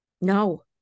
no